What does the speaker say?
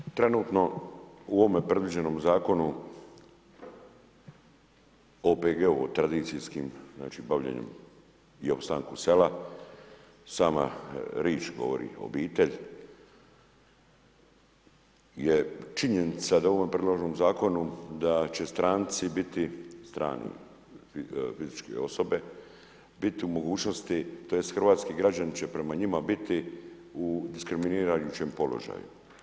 Kolega, trenutno u ovome predviđenom zakonu o OPG-u, tradicijskim znači bavljenjem i opstanku sela sama riječ govori obitelj je činjenica da u ovom predloženom zakonu da će stranci biti, strane fizičke osobe, biti u mogućnosti, tj. hrvatski građani će prema njima biti u diskriminirajućem položaju.